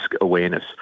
awareness